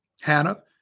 Hannah